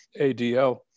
ADL